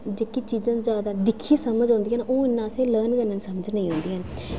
जेह्कियां चीजां ज्यादा दिक्खी समझ औंदियां न ओह् असेंगी इन्ना लर्न करने कन्नै समझ नेईं औंदियां न